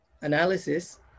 analysis